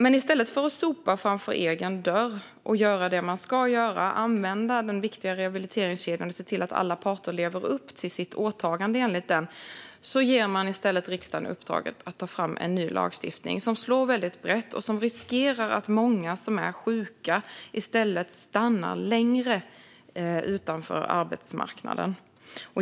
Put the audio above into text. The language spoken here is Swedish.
Men i stället för att sopa framför egen dörr och göra det man ska göra - använda den viktiga rehabiliteringskedjan och se till att alla parter lever upp till sina åtaganden enligt den - ger man riksdagen uppdraget att ta fram ny lagstiftning, som slår väldigt brett och riskerar medföra att många som är sjuka stannar längre utanför arbetsmarknaden.